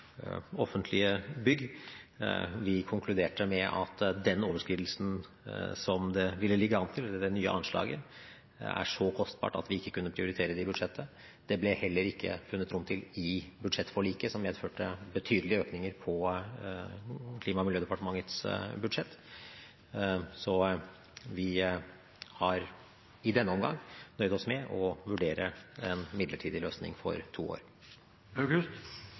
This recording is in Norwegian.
offentlige bygg. Vi konkluderte med at den overskridelsen som det ville ligge an til, eller det nye anslaget, er så kostbart at vi ikke kunne prioritere det i budsjettet. Det ble heller ikke funnet rom til det i budsjettforliket, som medførte betydelige økninger på Klima- og miljødepartementets budsjett. Så vi har i denne omgang nøyd oss med å vurdere en midlertidig løsning for to år.